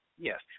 yes